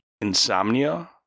insomnia